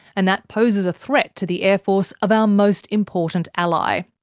and that poses a threat to the air force of our most important ally.